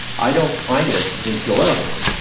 i don't find it enjoyable.